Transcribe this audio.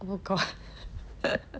oh god